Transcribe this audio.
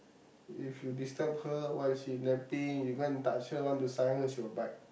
if you disturb her while she napping you go and touch her want to sayang her she will bite